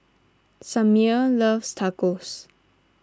Samir loves Tacos